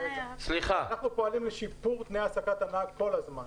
אנחנו פועלים לשיפור תנאי העסקת הנהג כל הזמן.